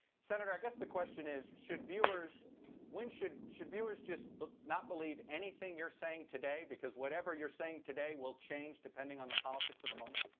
senator, i guess the question is, should viewers should should viewers just but not believe anything youre saying today because whatever youre saying today will change depending on the politics of the moment?